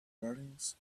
warnings